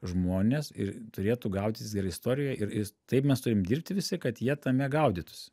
žmonės ir turėtų gaudytis ir istorijoj ir is taip mes turim dirbti visi kad jie tame gaudytųsi